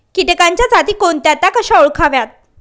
किटकांच्या जाती कोणत्या? त्या कशा ओळखाव्यात?